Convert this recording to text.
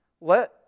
Let